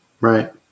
right